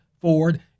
Ford